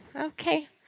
Okay